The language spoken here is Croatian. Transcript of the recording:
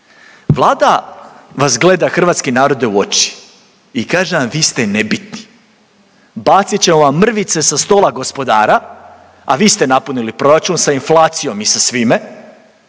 Vlada vas gleda, hrvatski narode u oči i kaže vam, vi ste nebitni. Bacit ćemo vam mrvice sa stola gospodara, a vi ste napunili proračun sa inflacijom i sa svime,